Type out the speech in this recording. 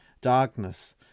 darkness